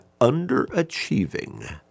underachieving